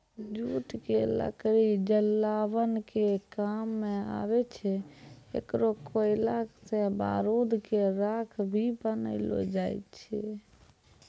jute के लकड़ी जलावन के काम मॅ आवै छै, एकरो कोयला सॅ बारूद के राख भी बनैलो जाय छै